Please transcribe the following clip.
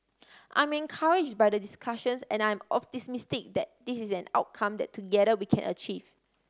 I'm encourage by the discussions and I am optimistic that this is an outcome that together we can achieve